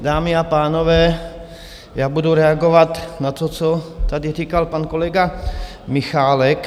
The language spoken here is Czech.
Dámy a pánové, já budu reagovat na to, co tady říkal pan kolega Michálek.